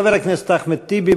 חבר הכנסת אחמד טיבי,